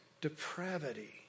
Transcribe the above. depravity